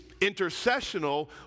intercessional